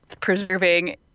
preserving